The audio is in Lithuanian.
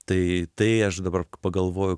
tai tai aš dabar pagalvoju